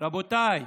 רבותיי,